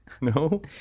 No